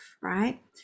right